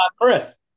Chris